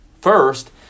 First